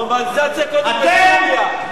נורמליזציה קודם בסוריה.